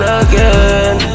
again